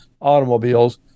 automobiles